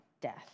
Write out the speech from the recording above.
death